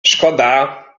szkoda